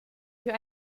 für